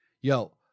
yo